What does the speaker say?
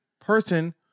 person